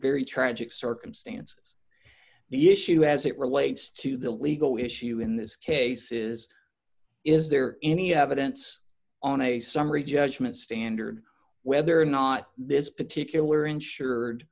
very tragic circumstances the issue as it relates to the legal issue in this case is is there any evidence on a summary judgment standard whether or not this particular insured